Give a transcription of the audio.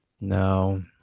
No